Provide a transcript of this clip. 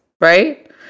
right